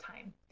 time